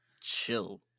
chill